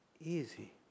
easy